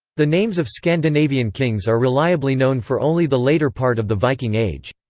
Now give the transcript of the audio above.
the names of scandinavian kings are reliably known for only the later part of the viking age.